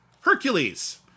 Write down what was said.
Hercules